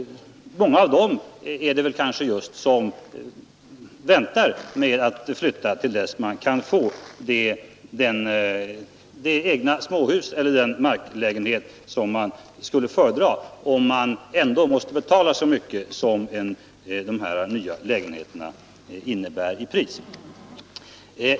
Många av dem kanske just väntar med att flytta till dess att de kan få det egna småhus eller den marklägenhet som de skulle föredra, om de ändå måste betala så mycket som de nya lägenheterna kostar.